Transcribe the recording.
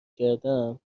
کردم